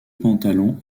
pantalons